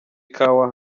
ikawa